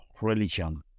religion